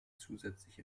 zusätzlich